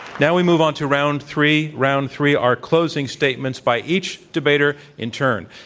now we move on to round three. round three are closing statements by each debater in turn.